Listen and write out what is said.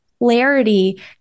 clarity